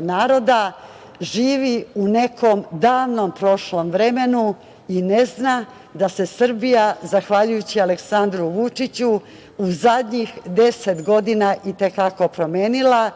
naroda, živi u nekom davnom prošlom vremenu i ne zna da se Srbija zahvaljujući Aleksandru Vučiću u zadnjih 10 godina i te kako promenila,